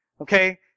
Okay